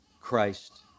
Christ